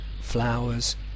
flowers